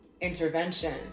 intervention